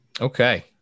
Okay